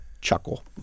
chuckle